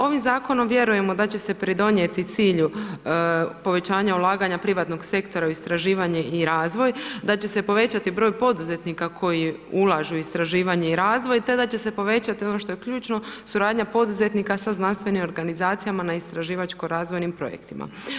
Ovim zakonom vjerujemo da će se pridonijeti cilju povećanja ulaganja privatnog sektora u istraživanje i razvoj, da će se povećati broj poduzetnika koji ulažu u istraživanje i razvoj te da će se povećati ono što je ključno suradnja poduzetnika sa znanstvenim organizacijama na istraživačko-razvojnim projektima.